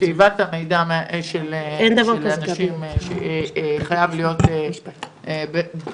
שאיבת המידע של אנשים חייב להיות בחקיקה,